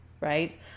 right